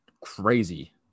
crazy